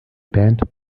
band